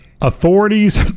Authorities